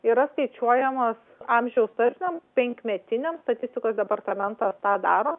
yra skaičiuojamas amžiaus tarpsniam penkmetiniam statistikos departamento tą daro